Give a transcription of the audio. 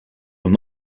will